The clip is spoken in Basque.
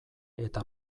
eta